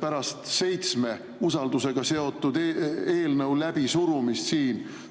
pärast usaldusega seotud seitsme eelnõu läbisurumist